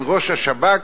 עם ראש השב"כ,